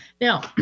now